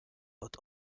but